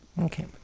okay